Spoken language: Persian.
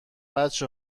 بچه